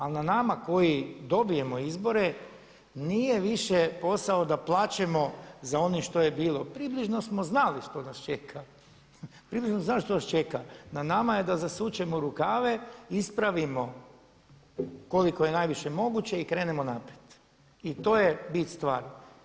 Ali na nama koji dobijemo izbore nije više posao da plačemo za onim što je bilo, približno smo znali što nas čeka, približno smo znali što nas čeka, na nama je da zasučemo rukave, ispravimo koliko je najviše moguće i krenemo naprijed i to je bit stvari.